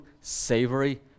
savory